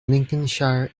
lincolnshire